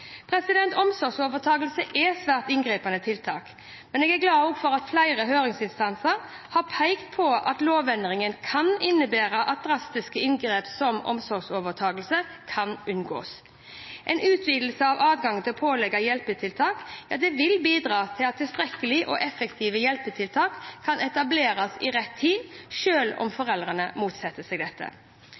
mulig. Omsorgsovertakelse er et svært inngripende tiltak. Men jeg er også glad for at flere høringsinstanser har pekt på at lovendringen kan innebære at drastiske inngrep som omsorgsovertakelse kan unngås. En utvidelse av adgangen til å pålegge hjelpetiltak vil bidra til at tilstrekkelige og effektive hjelpetiltak kan etableres i rett tid, selv om foreldrene motsetter seg dette.